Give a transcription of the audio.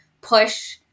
push